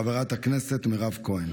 חברת הכנסת מירב כהן.